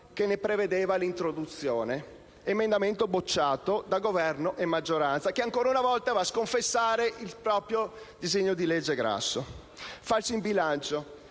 che ne prevedeva l'introduzione. L'emendamento è stato bocciato da Governo e maggioranza, che ancora una volta vanno a sconfessare il disegno di legge Grasso. Sul falso in bilancio